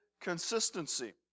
consistency